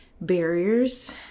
barriers